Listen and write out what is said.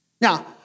Now